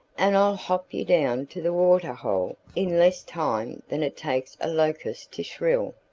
and i'll hop you down to the water-hole in less time than it takes a locust to shrill.